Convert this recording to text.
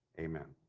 amen.